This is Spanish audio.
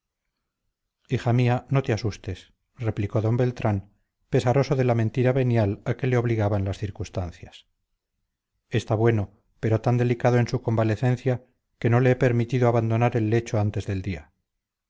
hija mía no te asustes replicó d beltrán pesaroso de la mentira venial a que le obligaban las circunstancias está bueno pero tan delicado en su convalecencia que no le he permitido abandonar el lecho antes del día